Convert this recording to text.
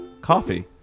coffee